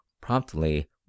promptly